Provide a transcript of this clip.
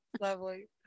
Lovely